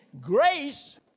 grace